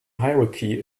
hierarchy